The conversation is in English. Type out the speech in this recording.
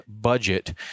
budget